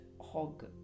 hog